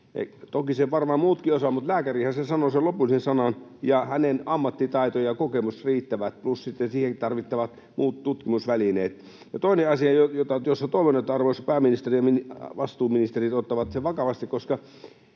Toki sen varmaan muutkin osaavat, mutta lääkärihän sanoo sen lopullisen sanan, ja hänen ammattitaitonsa ja kokemuksensa riittävät plus sitten siihen tarvittavat muut tutkimusvälineet. Toinen asia, josta toivon, että arvoisa pääministeri ja vastuuministerit ottavat sen vakavasti: